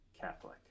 Catholic